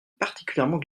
particulièrement